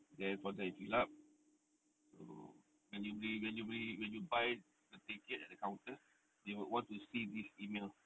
then before that you fill up so when you beli when you beli when you buy the ticket at the counter they would want to see this email